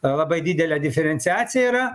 labai didelė diferenciacija yra